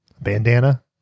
bandana